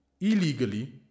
illegally